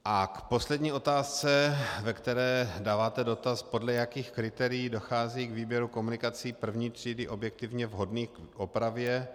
A k poslední otázce, ve které dáváte dotaz, podle jakých kritérií dochází k výběru komunikací první třídy objektivně vhodných k opravě.